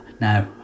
now